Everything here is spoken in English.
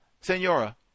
senora